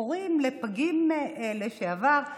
הורים לפגים לשעבר,